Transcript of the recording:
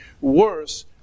Worse